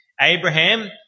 Abraham